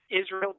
Israel